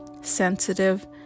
sensitive